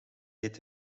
deed